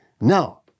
Now